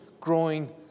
growing